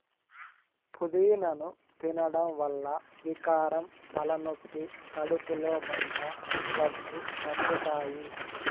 పూదినను తినడం వల్ల వికారం, తలనొప్పి, కడుపులో మంట, దగ్గు తగ్గుతాయి